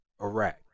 Iraq